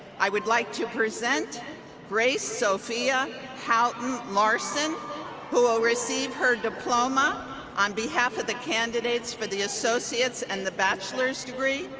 i would like to present grace sophia houghton-larsen who will receive her diploma on behalf of the candidates for the associates and the bachelors degree,